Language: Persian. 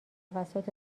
توسط